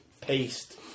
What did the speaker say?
paste